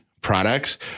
products